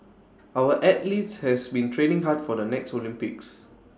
our athletes have been training hard for the next Olympics